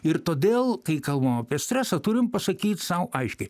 ir todėl kai kalbam apie stresą turim pasakyt sau aiškiai